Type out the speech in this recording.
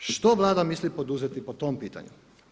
Što Vlada misli poduzeti po tom pitanju?